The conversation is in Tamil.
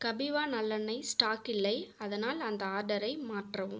கபீவா நல்லெண்ணெய் ஸ்டாக் இல்லை அதனால் அந்த ஆர்டரை மாற்றவும்